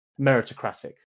meritocratic